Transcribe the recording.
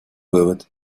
вывод